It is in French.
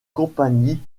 compagnie